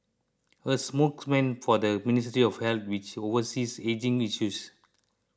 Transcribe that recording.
a spokesman for the Ministry of Health which oversees ageing issues